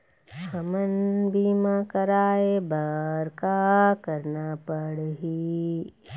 हमन बीमा कराये बर का करना पड़ही?